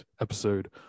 episode